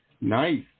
Nice